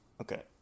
Okay